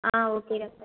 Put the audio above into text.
ah okay doctor